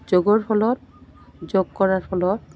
যোগৰ ফলত যোগ কৰাৰ ফলত